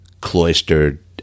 cloistered